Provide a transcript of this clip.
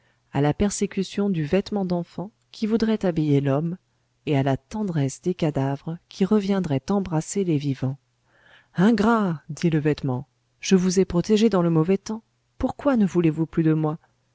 à la persécution du vêtement d'enfant qui voudrait habiller l'homme et à la tendresse des cadavres qui reviendraient embrasser les vivants ingrats dit le vêtement je vous ai protégés dans le mauvais temps pourquoi ne voulez-vous plus de moi